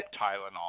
Tylenol